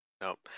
Nope